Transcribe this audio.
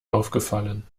aufgefallen